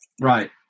Right